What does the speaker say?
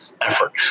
effort